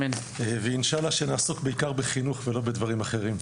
ואינשאללה שנעסוק בעיקר בחינוך ולא בדברים אחרים.